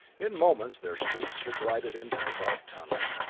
in moments their speedster glided into the dark tunnel.